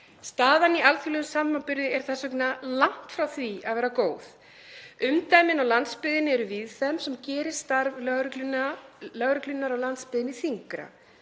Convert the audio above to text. Staðan í alþjóðlegum samanburði er þess vegna langt frá því að vera góð. Umdæmin á landsbyggðinni eru víðfeðm sem gerir starf lögreglunnar á landsbyggðinni þyngra.